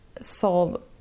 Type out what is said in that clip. solve